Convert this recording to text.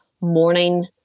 morning